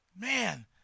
Man